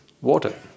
water